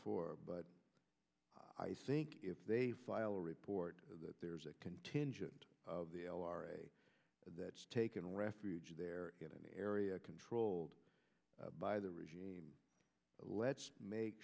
for but i think if they file a report that there's a contingent of the l r a that taken refuge there in an area controlled by the regime let's make